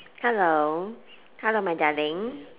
hello hello my darling